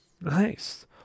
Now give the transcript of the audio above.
Nice